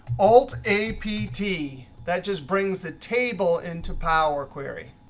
alt a, p, t. that just brings the table into power query.